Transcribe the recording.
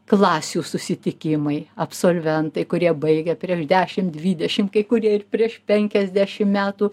klasių susitikimai absolventai kurie baigė prieš dešimt dvidešimt kai kurie ir prieš penkiasdešimt metų